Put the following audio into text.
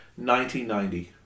1990